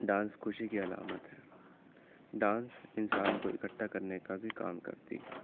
dance خوشی کی علامت ہے ڈانس انسان کو اکٹھا کرنے کا بھی کام کرتی ہے